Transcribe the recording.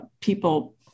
people